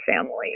family